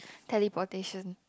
teleportation